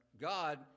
God